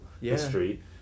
history